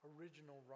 original